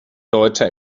deutscher